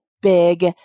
big